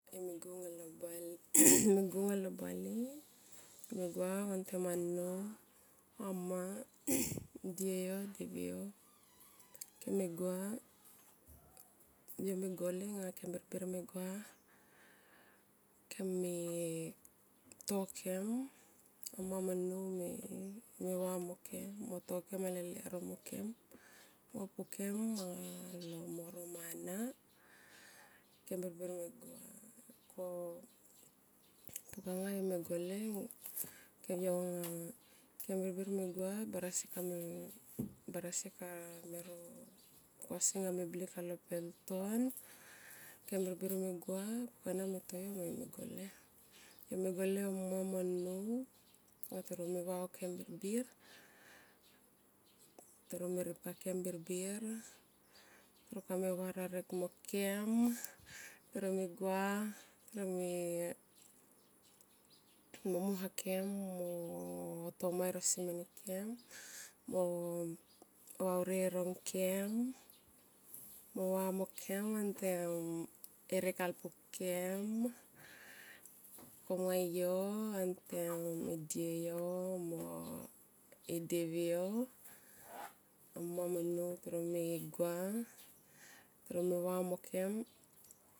Yome go anga lo bale yome gua vantem a nnou amma dieyo yome gua yome gole anga kem birbir me gua keme to kem a mma mo nnou ma va mo kem to kem ale lero mokem mo pokem anga mo ro mana ke birbir me gua ko yo me gole anga kem birbir me gua barasi kamero pukasi anga me blik alo peltom kem birbir me gua pukana me to yo mo yo me gole yome gole o mma mo nnou anga toro me va o kem birbir toro me ripka kem birbir toror kame va rarek mo kem toro me gua toro me momha kem mo tomae rosi mene, kem mo vauri e rongkem mo va mokem vantem herek alpu kem nga yo vantem e dieyo e devi yo amma mo nnou toro me ye gua toro me va mokem.